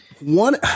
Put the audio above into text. One